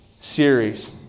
series